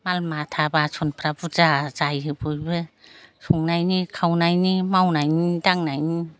माल माथा बासनफ्रा बुरजा जायो बयबो संनायनि खावनायनि मावनायनि दांनायनि